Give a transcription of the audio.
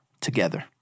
together